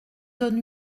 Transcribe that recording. donne